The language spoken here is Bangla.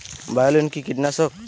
বায়োলিন কি কীটনাশক?